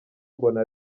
mbona